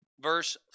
verse